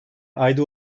ayda